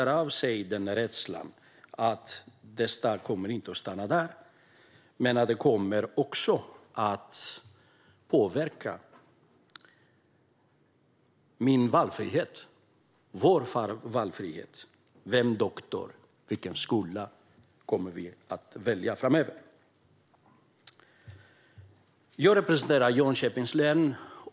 Rädslan för att det inte kommer att stanna där utan att det också kommer att påverka vår valfrihet i fråga om vilken doktor och vilken skola vi kommer att kunna välja framöver smittar av sig. Jag representerar Jönköpings län.